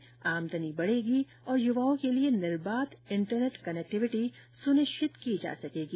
इससे आमदनी बढ़ेगी और युवाओं के लिए निर्बाध इंटरनेट कनेक्टीविटी सुनिश्चित की जा सकेगी